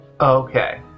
Okay